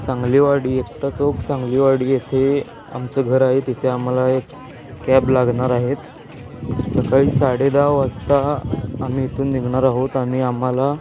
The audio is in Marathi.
सांगली वाडी एकता चौक सांगली वाडी येथे आमचं घर आहे तिथे आम्हाला एक कॅब लागणार आहेत सकाळी साडेदहा वाजता आम्ही इथून निघणार आहोत आणि आम्हाला